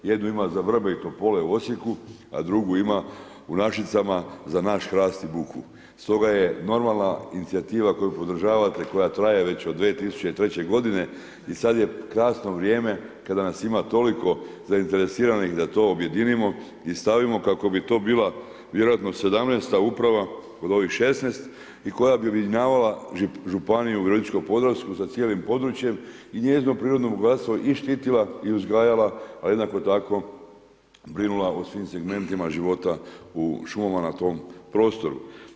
Jednu ima za vrbe i topole u Osijeku, a drugu ima u Našicama za naš hrast i bukvu, Stoga je normalna inicijativa koju podržavate koja traje već od 2003. godine i sad je krasno vrijeme kada nas ima toliko zainteresiranih da to objedinimo i stavimo kako bi to bila vjerojatno sedamnaesta uprava od ovih 16 i koja bi objedinjavala Županiju virovitičko-podravsku sa cijelim područjem i njezino prirodno bogatstvo i štitila i uzgajala ali jednako tako brinula o svim segmentima života o šumama na tom prostoru.